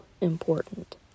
important